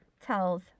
Tells